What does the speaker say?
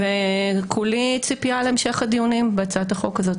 וכולי ציפייה להמשך הדיונים בהצעת החוק הזאת.